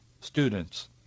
students